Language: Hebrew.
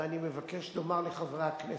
ואני מבקש לומר לחברי הכנסת,